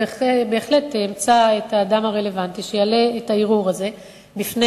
בהחלט אמצא את האדם הרלוונטי שיעלה את הערעור הזה בפני